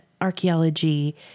archaeology